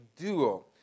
duo